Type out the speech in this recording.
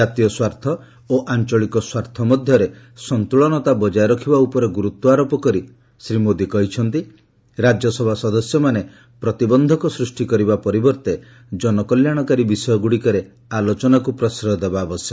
ଜାତୀୟ ସ୍ୱାର୍ଥ ଓ ଆଞ୍ଚଳିକ ସ୍ୱାର୍ଥ ମଧ୍ୟରେ ସନ୍ତୁଳନତା ବଜାୟ ରଖିବା ଉପରେ ଗୁରୁତ୍ୱ ଆରୋପ କରି ଶ୍ରୀ ମୋଦି କହିଛନ୍ତି ରାଜ୍ୟସଭା ସଦସ୍ୟମାନେ ପ୍ରତିବନ୍ଧକ ସୃଷ୍ଟି କରିବା ପରିବର୍ତ୍ତେ ଜନକଲ୍ୟାଣକାରୀ ବିଷୟଗୁଡ଼ିକରେ ଆଲୋଚନାକୁ ପ୍ରଶ୍ରୟ ଦେବା ଉଚିତ